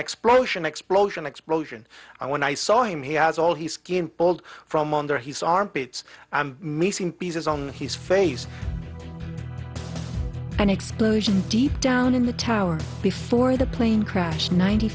explosion explosion explosion i want i saw him he has all the skin pulled from under his armpits and missing pieces on his face an explosion deep down in the towers before the plane crashed ninety